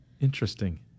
Interesting